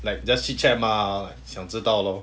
like mah 想知道 lor